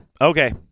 Okay